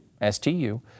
S-T-U